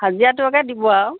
হাজিৰাকে দিব আৰু